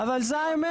אבל זו האמת.